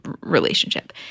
relationship